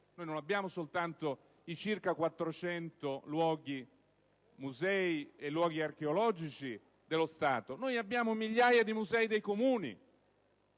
Non abbiamo soltanto i circa 400 luoghi-musei e luoghi archeologici dello Stato; abbiamo migliaia di musei dei Comuni,